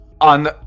on